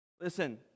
Listen